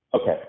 Okay